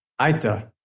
Aita